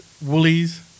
Woolies